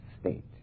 state